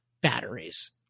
batteries